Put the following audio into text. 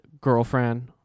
girlfriend